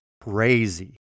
crazy